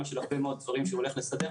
של הרבה מאוד דברים שהוא הולך לסדר.